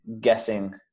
guessing